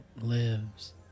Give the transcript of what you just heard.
lives